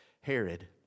Herod